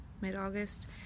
mid-August